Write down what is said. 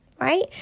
right